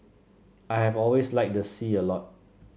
I have always liked the sea a lot